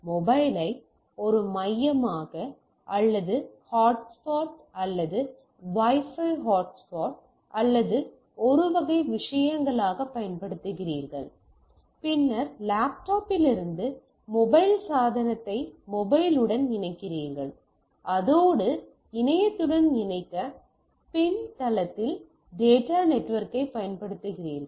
மொபைலை ஒரு மையமாக அல்லது ஹாட்ஸ்பாட் அல்லது வைஃபை ஹாட்ஸ்பாட்கள் அல்லது ஒரு வகை விஷயங்களாகப் பயன்படுத்துகிறீர்கள் பின்னர் லேப்டாப்பிலிருந்து மொபைல் சாதனத்தை மொபைலுடன் இணைக்கிறீர்கள் அதோடு இணையத்துடன் இணைக்க பின்தளத்தில் டேட்டா நெட்வொர்க்கைப் பயன்படுத்துங்கள்